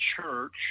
church